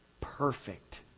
Perfect